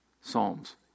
Psalms